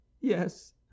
yes